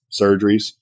surgeries